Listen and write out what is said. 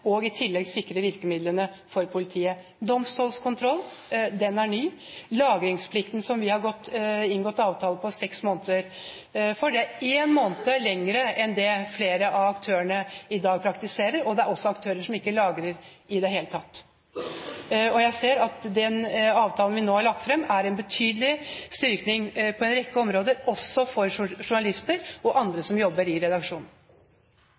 og i tillegg sikre virkemidlene for politiet. Domstolskontrollen er ny. Lagringsplikten, hvor vi har gått inn for en avtale om seks måneder, er én måned lenger enn det flere av aktørene i dag praktiserer, og det er også aktører som ikke lagrer i det hele tatt. Jeg ser at den avtalen vi nå har lagt fram, er en betydelig styrking på en rekke områder, også for journalister og andre som jobber i redaksjon.